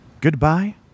goodbye